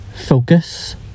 Focus